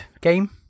game